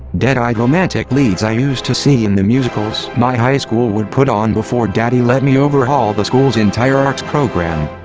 dead eyed romantic leads i used to see in the musicals my high school would put on before daddy let me overhaul the school's entire arts program.